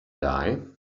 die